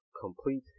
complete